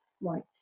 right